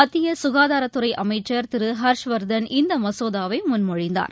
மத்தியசுகாதாரத் துறைஅமைச்சர் திருஹர்ஷ் வர்தன் இந்தமசோதாவைமுன்மொழிந்தார்